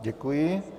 Děkuji.